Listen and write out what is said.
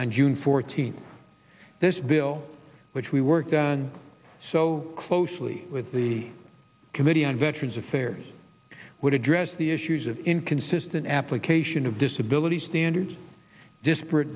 on june fourteenth this bill which we worked on so closely with the committee on veterans affairs would address the issues of inconsistent application of disability standards disparate